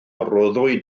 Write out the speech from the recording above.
roddwyd